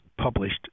published